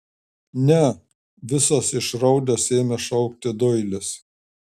ne visas išraudęs ėmė šaukti doilis